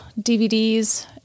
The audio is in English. DVDs